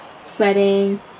sweating